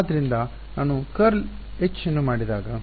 ಆದ್ದರಿಂದ ನಾನು ∇× H ನ್ನು ಮಾಡಿದಾಗ